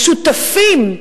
השותפים,